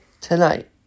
tonight